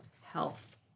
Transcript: health